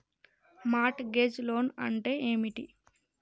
Mart gauge loan అంటే ఏమిటి?